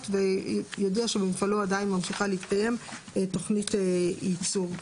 ויודיע שבמפעלו עדיין ממשיכה להתקיים תוכנית ייצור.